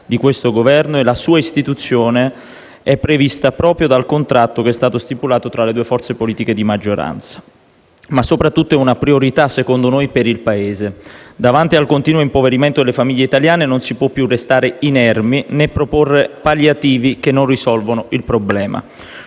di questo Governo e la sua istituzione è prevista proprio dal contratto che è stato stipulato tra le due forze politiche di maggioranza. Soprattutto, secondo noi, è una priorità per il Paese. Davanti al continuo impoverimento delle famiglie italiane non si può più restare inermi, né proporre palliativi che non risolvono il problema.